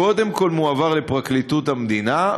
קודם כול מועבר לפרקליטות המדינה,